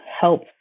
help